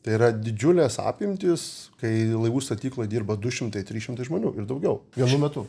tai yra didžiulės apimtys kai laivų statykloj dirba du šimtai trys šimtai žmonių ir daugiau vienu metu